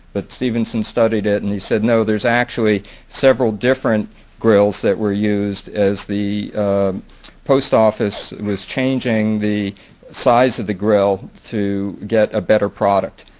but stephenson studied it and he said, no, there's actually several different grills that were used as the post office was changing the size of the grill to get a better product.